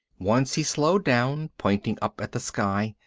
once he slowed down, pointing up at the sky.